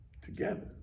together